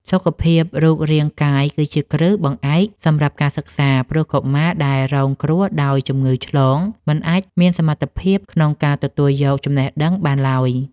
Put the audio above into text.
សុខភាពរូបរាងកាយគឺជាគ្រឹះបង្អែកសម្រាប់ការសិក្សា ព្រោះកុមារដែលរងគ្រោះដោយជំងឺឆ្លងមិនអាចមានសមត្ថភាពក្នុងការទទួលយកចំណេះដឹងបានឡើយ។